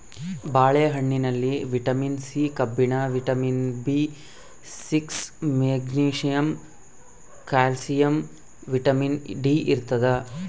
ಬಾಳೆ ಹಣ್ಣಿನಲ್ಲಿ vitamin C ಕಬ್ಬಿಣ vitamin B six magnesium calcium vitamin D ಇರ್ತಾದ